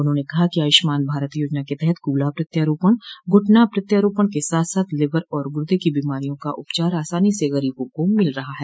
उन्होंने कहा कि आयुष्मान भारत योजना के तहत कूल्हा प्रत्यारोपण घुटना प्रत्यारोपण के साथ साथ लिवर और गुर्दे की बीमारियों का उपचार आसानी से गरीबों को मिल रहा है